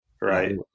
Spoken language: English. right